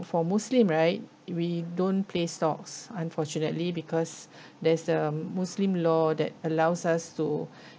for muslim right we don't play stocks unfortunately because there's the muslim law that allows us to